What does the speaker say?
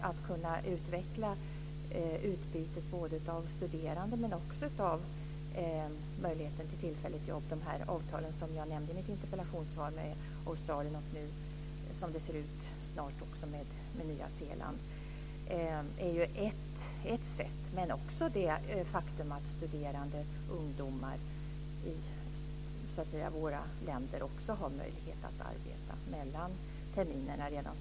Att kunna utveckla utbytet av studerande och möjligheten till tillfälligt jobb i och med de avtal som jag nämnde i mitt interpellationssvar med Australien och snart också med Nya Zeeland är ju ett sätt. Men som situation är redan i dag har studerande ungdomar i våra länder möjlighet att arbeta mellan terminerna.